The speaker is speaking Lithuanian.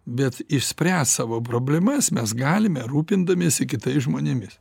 bet išspręs savo problemas mes galime rūpindamiesi kitais žmonėmis